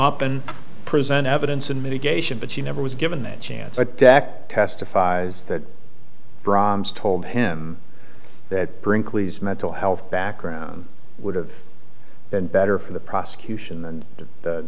up and present evidence in mitigation but she never was given that chance at dak testifies that brahms told him that brinkley's mental health background would have been better for the prosecution and the